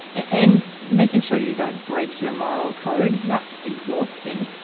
and making sure you don't break your moral code. that's exhausting,